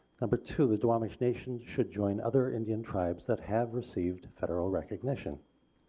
number two the duwamish nation should join other indian tribes that have received federal recognition.